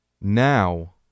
Now